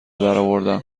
درآوردم